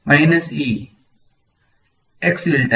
વિદ્યાર્થી વિદ્યાર્થી X delta